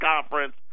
conference